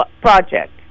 project